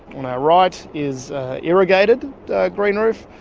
on our right is irrigated green roof,